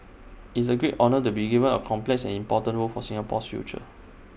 it's A great honour to be given A complex and important role for Singapore's future